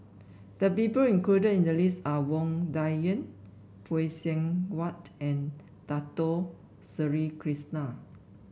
the people included in the list are Wang Dayuan Phay Seng Whatt and Dato Sri Krishna